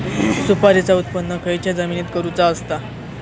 सुपारीचा उत्त्पन खयच्या जमिनीत करूचा असता?